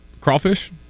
Crawfish